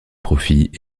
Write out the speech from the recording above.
profits